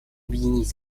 объединить